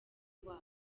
watwo